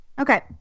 Okay